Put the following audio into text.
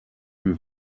dem